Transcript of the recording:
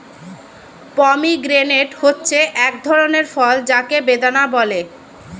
pomegranate হচ্ছে এক ধরনের ফল যাকে বেদানা বলে